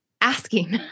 asking